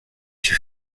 qu’il